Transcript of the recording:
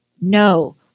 no